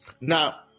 Now